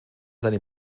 seine